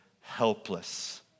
helpless